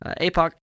APOC